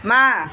அம்மா